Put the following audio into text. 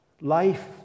life